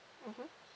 mmhmm